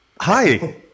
hi